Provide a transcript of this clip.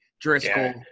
Driscoll